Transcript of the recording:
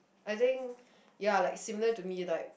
I think ya like similar to me like